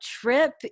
trip